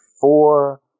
four